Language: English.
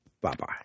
Bye-bye